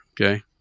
okay